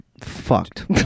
fucked